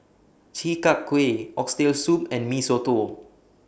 Chi Kak Kuih Oxtail Soup and Mee Soto